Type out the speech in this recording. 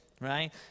Right